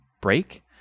break